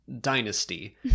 dynasty